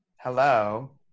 hello